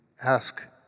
ask